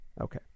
Okay